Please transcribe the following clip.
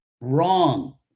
Wrong